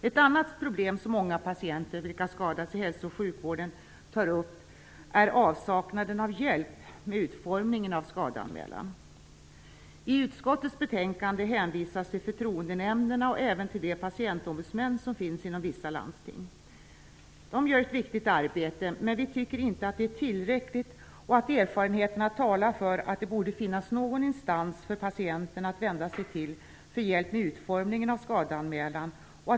Ett annat problem som många patienter, vilka skadats i hälso och sjukvården tar upp är avsaknaden av hjälp med utformningen av skadeanmälan. I utskottets betänkande hänvisas till förtroendenämnderna och även till de patientombudsmän som finns inom vissa landsting. De gör ett viktigt arbete, men vi tycker inte att det är tillräckligt. Erfarenheterna talar för att det borde finnas någon instans för patienterna att vända sig till för hjälp med utformningen av skadeanmälan.